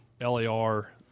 LAR